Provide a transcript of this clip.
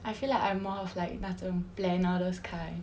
I feel like I'm more of like 那种 planner those kind